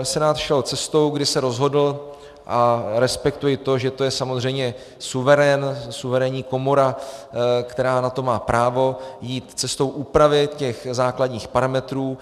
Senát šel cestou, kdy se rozhodl, a respektuji to, že to je samozřejmě suverén, suverénní komora, která na to má právo jít cestou úpravy základních parametrů.